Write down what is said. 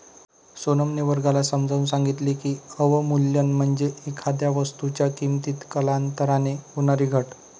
सोनमने वर्गाला समजावून सांगितले की, अवमूल्यन म्हणजे एखाद्या वस्तूच्या किमतीत कालांतराने होणारी घट